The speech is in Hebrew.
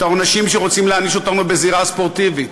את העונשים שרוצים להעניש אותנו בזירה הספורטיבית,